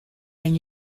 and